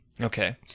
Okay